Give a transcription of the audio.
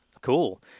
Cool